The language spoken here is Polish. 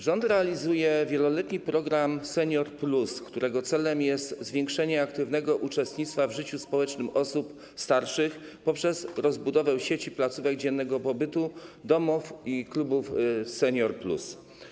Rząd realizuje wieloletni program ˝Senior+˝, którego celem jest zwiększenie aktywnego uczestnictwa w życiu społecznym osób starszych poprzez rozbudowę sieci placówek dziennego pobytu, domów i klubów ˝Senior+˝